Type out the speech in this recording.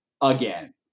again